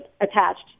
attached